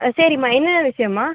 சரிம்மா என்ன விஷயம்மா